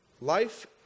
Life